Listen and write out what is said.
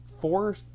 four